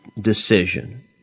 decision